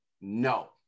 No